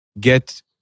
get